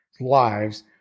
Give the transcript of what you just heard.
lives